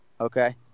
Okay